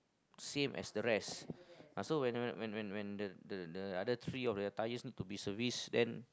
same as the rest and so when when when the the other three of the tires need to be service then